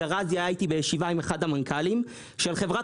משה גראזי היה אתי בישיבה עם אחד המנכ"לים של חברת